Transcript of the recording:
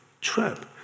trap